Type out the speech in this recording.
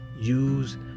Use